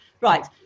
Right